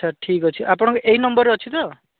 ଆଚ୍ଛା ଠିକ୍ଅଛି ଆପଣଙ୍କ ଏଇ ନମ୍ବର୍ରେ ଅଛି ତ